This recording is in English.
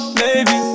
baby